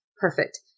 Perfect